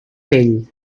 pell